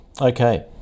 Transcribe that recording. Okay